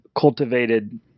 cultivated